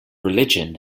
religion